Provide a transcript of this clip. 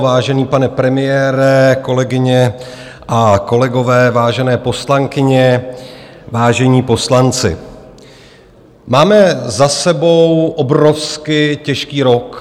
Vážený pane premiére, kolegyně a kolegové, vážené poslankyně, vážení poslanci, máme za sebou obrovsky těžký rok.